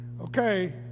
okay